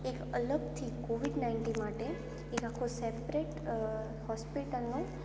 એક અલગથી covid ninety માટે એક આખો સેપરેટ અ હોસ્પિટલનો